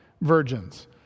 virgins